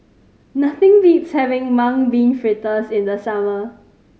nothing beats having Mung Bean Fritters in the summer